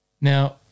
Now